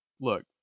look